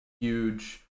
huge